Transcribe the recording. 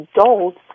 adults